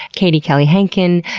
katie kelly-hankin,